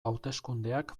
hauteskundeak